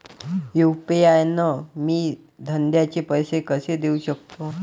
UPI न मी धंद्याचे पैसे कसे देऊ सकतो?